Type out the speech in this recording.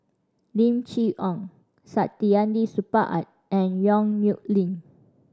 Lim Chee Onn Saktiandi Supaat and Yong Nyuk Lin